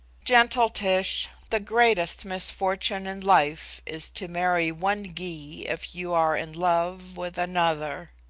gentle tish, the greatest misfortune in life is to marry one gy if you are in love with another.